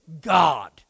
God